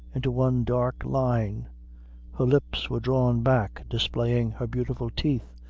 into one dark line her lips were drawn back, displaying her beautiful teeth,